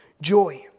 joy